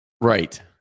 Right